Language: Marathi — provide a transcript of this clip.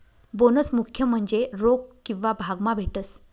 बोनस मुख्य म्हन्जे रोक किंवा भाग मा भेटस